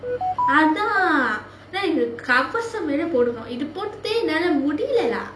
அதான் இந்த கவசம் வேற போடுனும் இது போட்டுட்டே என்னால முடியலை:athaan intha kavasam vera poodunom ithu pottuttae ennaala mudiyilai lah